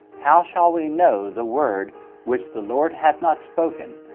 how shall we know the word which the lord hath not spoken?